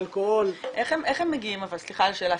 האלכוהול --- איך הם מגיעים פיזית.